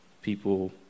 people